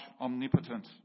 omnipotent